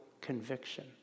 conviction